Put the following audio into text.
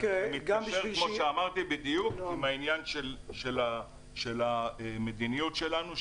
זה מתקשר כמו שאמרתי בדיוק עם העניין של המדיניות שלנו,